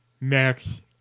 Max